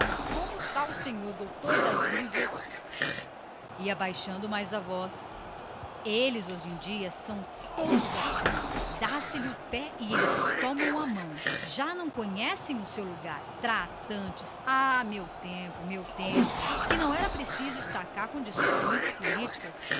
como o tal doutor das dúzias eles hoje em dia são todos assim dá se lhes o pé e tomam a mão já não conhecem o seu lugar tratantes ah meu tempo meu tempo que não era preciso estar cá com discussões e políticas